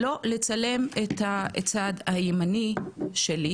לא לצלם את הצד הימני שלי,